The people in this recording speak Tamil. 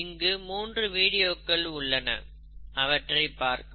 இங்கே 3 வீடியோக்கள் உள்ளன அவற்றை பார்க்கவும்